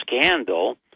scandal